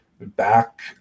back